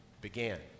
began